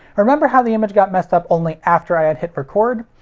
remember how the image got messed up only after i had hit record?